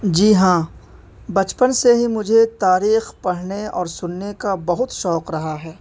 جی ہاں بچپن سے ہی مجھے تاریخ پڑھنے اور سننے کا بہت شوق رہا ہے